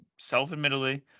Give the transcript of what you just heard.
self-admittedly